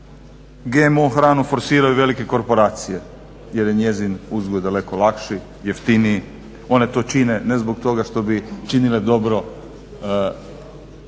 GMO hranu forsiraju velike korporacije jer je njezin uzgoj daleko lakši, jeftiniji, one to čine ne zbog toga što bi činile dobro